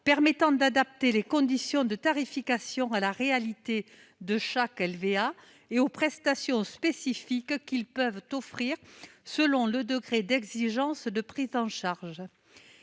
permettant d'adapter les conditions de tarification à la réalité de chaque structure et aux prestations spécifiques offertes selon le degré d'exigence de prise en charge.